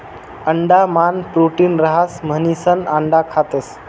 अंडा मान प्रोटीन रहास म्हणिसन अंडा खातस